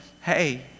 hey